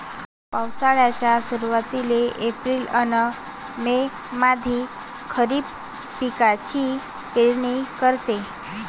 पावसाळ्याच्या सुरुवातीले एप्रिल अन मे मंधी खरीप पिकाची पेरनी करते